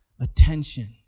attention